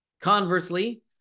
Conversely